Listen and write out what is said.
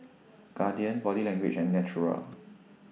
Guardian Body Language and Naturel